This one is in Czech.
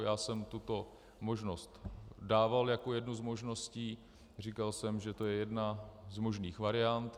Já jsem tuto možnost dával jako jednu z možností, říkal jsem, že to je jedna z možných variant.